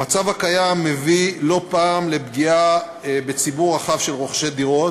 המצב הקיים מביא לא פעם לפגיעה בציבור רחב של רוכשי דירות,